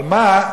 אבל מה,